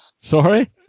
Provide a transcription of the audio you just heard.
sorry